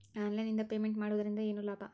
Online ನಿಂದ payment ಮಾಡುವುದರಿಂದ ಏನು ಲಾಭ?